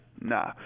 nah